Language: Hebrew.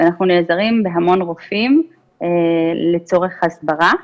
אנחנו נעזרים בהמון רופאים לצורך הסברה,